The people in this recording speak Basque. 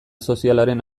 sozialaren